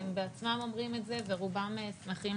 הם בעצמם אומרים את זה ורובם שמחים